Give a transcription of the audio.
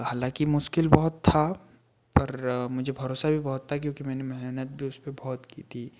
हालाँकि मुश्किल बहुत था पर मुझे भरोसा भी बहुत था क्योंकि मैंने मेहनत भी उस पर बहुत की थी